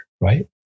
Right